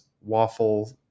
waffle